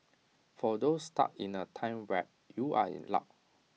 for those stuck in A time warp you are in luck